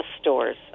stores